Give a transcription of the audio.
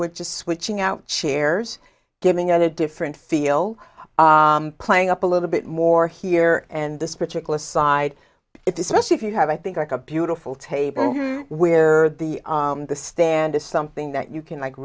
we're just switching out chairs giving it a different feel playing up a little bit more here and this particular side it's especially if you have i think like a beautiful table where the the stand is something that you can like